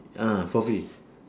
ah for free